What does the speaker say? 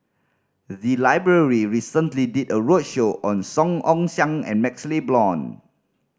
the library recently did a roadshow on Song Ong Siang and MaxLe Blond